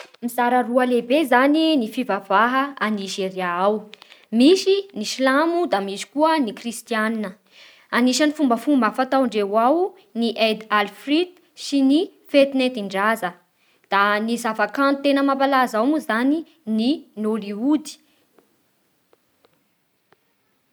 Mizara roa lehibe zany ny fivavaha a Nigéria ao, misy ny silamo da misy koa ny kristianina Anisan'ny fombafomba fataondreo ao Eid al fitr ny fety nentin-draza Da ny zava-kanto tena mampalaza ao moa zany ny Nollywood